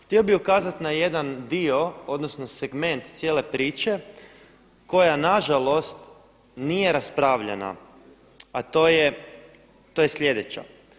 Htio bih ukazati na jedan dio, odnosno segment cijele priče koja nažalost nije raspravljana a to je sljedeća.